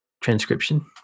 transcription